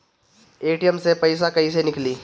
ATM से पइसा कइसे निकली?